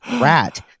rat